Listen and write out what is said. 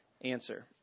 answer